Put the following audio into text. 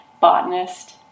botanist